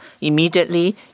immediately